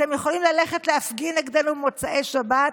אתם יכולים ללכת להפגין נגדנו במוצאי שבת,